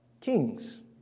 Kings